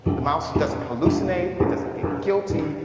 the mouse doesn't hallucinate, it doesn't get guilty,